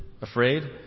afraid